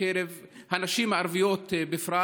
בקרב הנשים הערביות בפרט,